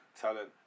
talent